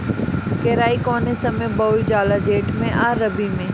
केराई कौने समय बोअल जाला जेठ मैं आ रबी में?